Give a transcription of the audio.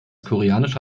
koreanische